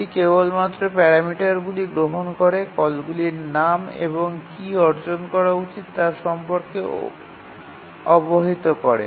এটি কেবলমাত্র প্যারামিটারগুলি গ্রহণ করে কলগুলির নাম এবং কী অর্জন করা উচিত তা সম্পর্কে অবহিত করে